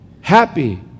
happy